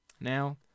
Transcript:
Now